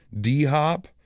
D-hop